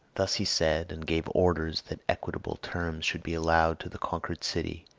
thus he said, and gave orders that equitable terms should be allowed to the conquered city,